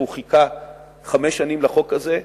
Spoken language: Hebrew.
הוא חיכה חמש שנים לחוק הזה,